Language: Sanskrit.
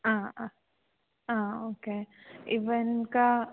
आ अह् आ ओके इवेन्का